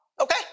Okay